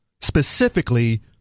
specifically